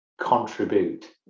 contribute